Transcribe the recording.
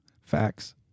facts